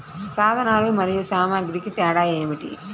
సాధనాలు మరియు సామాగ్రికి తేడా ఏమిటి?